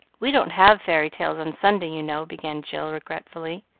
we don't have fairy tales on sunday, you know, began jill regretfully.